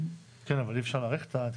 אבל אי אפשר להאריך את ההתקשרות?